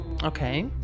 Okay